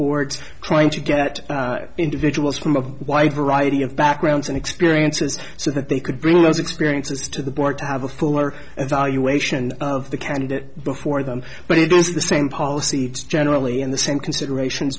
boards trying to get individuals from a wide variety of backgrounds and experiences so that they could bring those experiences to the board to have a fuller evaluation of the candidate before them but it is the same policy generally and the same consideration